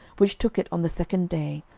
which took it on the second day,